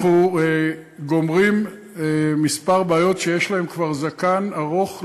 אנחנו גומרים כמה בעיות שיש להן כבר זקן ארוך,